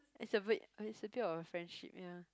it's a bit it's a bit of our friendship ya